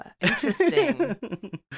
Interesting